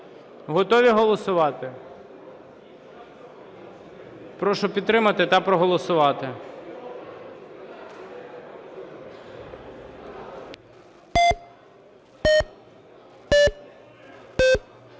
Готові голосувати? Прошу підтримати та проголосувати.